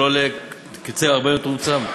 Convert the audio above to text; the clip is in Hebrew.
ולא לקבוצה הרבה יותר מצומצמת.